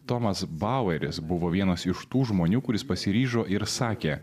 tomas baueris buvo vienas iš tų žmonių kuris pasiryžo ir sakė